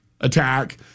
attack